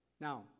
Now